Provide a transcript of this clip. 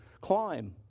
climb